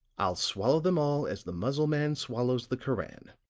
i'll swallow them all as the mussulman swallows the koran.